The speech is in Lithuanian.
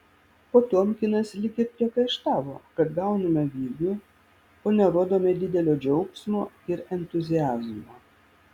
potiomkinas lyg ir priekaištavo kad gauname vilnių o nerodome didelio džiaugsmo ir entuziazmo